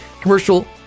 commercial